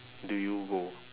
do you go